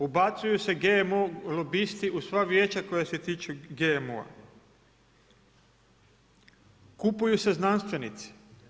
Ubacuju se GMO lobisti u sva vijeća koja se tiču GMO-a, kupuju se znanstvenici.